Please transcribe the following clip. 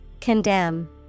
Condemn